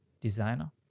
designer